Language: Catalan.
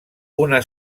una